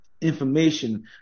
information